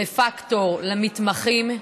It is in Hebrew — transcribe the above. לפקטור למתמחים.